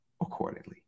accordingly